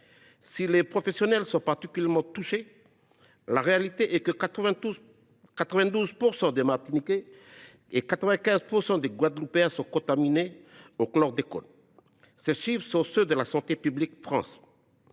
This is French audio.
Si les professionnels sont particulièrement touchés, la réalité est que 92 % des Martiniquais et 95 % des Guadeloupéens sont contaminés, d’après les chiffres de Santé publique France.